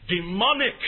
demonic